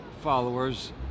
followers